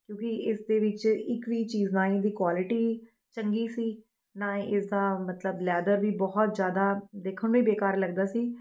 ਕਿਉਂਕਿ ਇਸ ਦੇ ਵਿੱਚ ਇੱਕ ਵੀ ਚੀਜ਼ ਨਾ ਹੀ ਇਹਦੀ ਕੁਆਲਿਟੀ ਚੰਗੀ ਸੀ ਨਾ ਇਸ ਦਾ ਮਤਲਬ ਲੈਦਰ ਵੀ ਬਹੁਤ ਜ਼ਿਆਦਾ ਦੇਖਣ ਨੂੰ ਹੀ ਬੇਕਾਰ ਲੱਗਦਾ ਸੀ